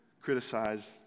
criticize